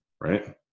right